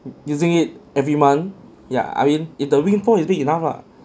using it every month yeah I mean if the windfall is big enough lah